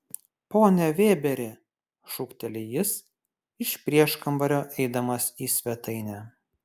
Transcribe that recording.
pone vėberi šūkteli jis iš prieškambario eidamas į svetainę